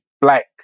black